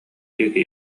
диэки